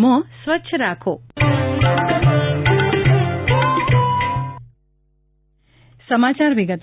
new covid signature tune Junagadh સિવિલની મુલાકાતે